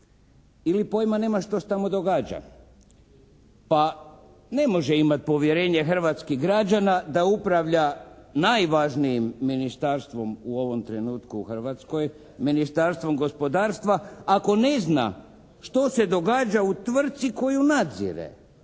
ili pojma nema što se tamo događa. Pa ne može imati povjerenje hrvatskih građana da upravlja najvažnijim ministarstvom u ovom trenutku u Hrvatskoj, Ministarstvom gospodarstva ako ne zna što se događa u tvrci koju nadzire.